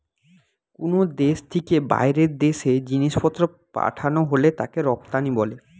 কুনো দেশ থিকে বাইরের দেশে জিনিসপত্র পাঠানা হলে তাকে রপ্তানি বলে